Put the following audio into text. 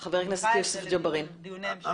אז אני מניחה את זה לדיוני המשך.